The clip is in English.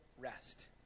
rest